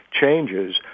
changes